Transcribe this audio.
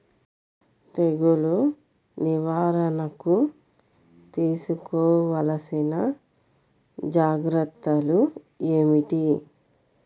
తెగులు నివారణకు తీసుకోవలసిన జాగ్రత్తలు ఏమిటీ?